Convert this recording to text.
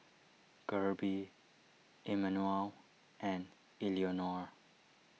Kirby Immanuel and Eleonore